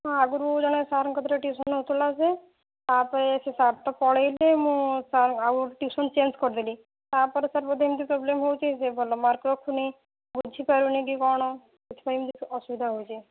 ହଁ ଆଗରୁ ଜଣେ ସାର୍ ଙ୍କ କତିରେ ଟ୍ୟୁସନ୍ ହେଉଥିଲା ସେ ତା'ପରେ ସେ ସାର୍ ତ ପଳେଇଲେ ମୁଁ ସାର୍ ଆଉ ଟ୍ୟୁସନ୍ ଚେଞ୍ଜ୍ କରିଦେଲି ତା'ପରେ ସାର୍ ବୋଧେ ଏମିତି ପ୍ରୋବ୍ଲେମ୍ ହେଉଛି ସେ ଭଲ ମାର୍କ ରଖୁନି ବୁଝି ପାରୁନି କି କ'ଣ ସେଥିପାଇଁ ବୋଧେ ଅସୁବିଧା ହେଉଛି